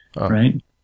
right